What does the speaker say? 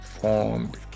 formed